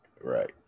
Right